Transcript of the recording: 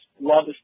Love